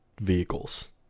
vehicles